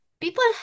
people